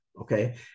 okay